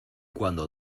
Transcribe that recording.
cuando